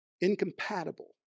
incompatible